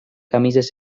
camises